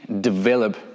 develop